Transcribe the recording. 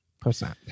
percent